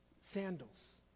sandals